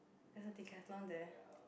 there's a Decathlon there